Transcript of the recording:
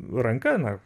ranka na